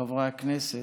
חברי הכנסת,